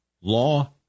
law